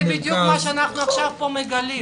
זה בדיוק מה שאנחנו מגלים עכשיו.